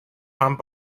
pump